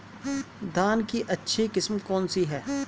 धान की अच्छी किस्म कौन सी है?